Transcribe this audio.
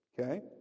Okay